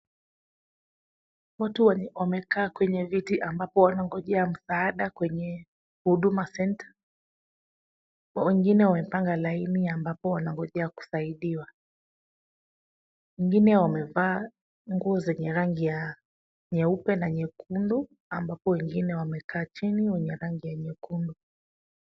Watu wamekaa kwenye viti ambapo wanangojea msaada kwenye Huduma Centre. Wengine wamepanga laini ambapo wanangojea kusaidiwa. Wengine wamevaa nguo zenye rangi ya nyeupe na nyekundu ambapo wengine wamekaa chini wenye rangi ya nyekundu.